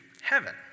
heaven